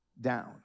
down